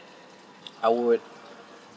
I would